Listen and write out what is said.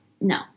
no